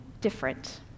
different